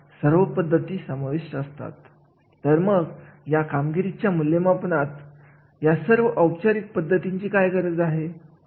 यामधील संबंध यावरून कार्याच्या मूल्यांकनाची कृती ठरत असते आणि असेमूल्यांकन अतिशय सुदृढ बनत असत